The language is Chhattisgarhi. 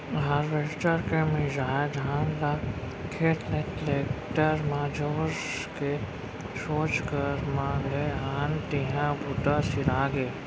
हारवेस्टर के मिंसाए धान ल खेत ले टेक्टर म जोर के सोझ घर म ले आन तिहॉं बूता सिरागे